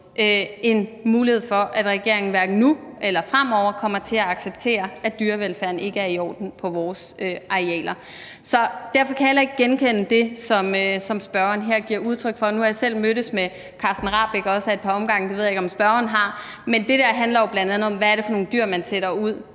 en mulighed for, at regeringen nu eller fremover kommer til at acceptere, at dyrevelfærden ikke er i orden på vores arealer. Så derfor kan jeg heller ikke genkende det, som spørgeren her giver udtryk for. Nu har jeg også selv mødtes med Carsten Rahbek ad et par omgange. Det ved jeg ikke om spørgeren har. Men det der handler jo bl.a. om, hvad det er for nogle dyr, man sætter ud.